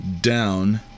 down